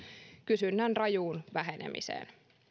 kysynnän rajuun vähenemiseen